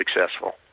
successful